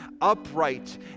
upright